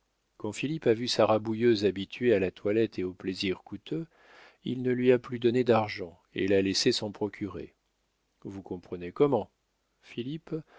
quand philippe a vu sa rabouilleuse habituée à la toilette et aux plaisirs coûteux il ne lui a plus donné d'argent et l'a laissée s'en procurer vous comprenez comment